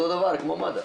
אותו דבר כמו מד"א